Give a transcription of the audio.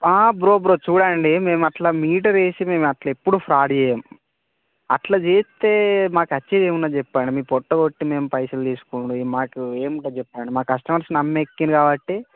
bro bro చూడండి మేము అట్లా మీటర్ వేసి మేము అట్ల ఎప్పుడు ఫ్రాడ్ చేయం అట్ల చేస్తే మాకు వచ్చేది ఏమున్నది చెప్పండి మీ పొట్ట కొట్టి మేము పైసలు తీసుకొనుడు మాకు ఏమి ఉంటుంది చెప్పండి మా కస్టమర్స్ నమ్మి ఎక్కిండ్రు కాబట్టి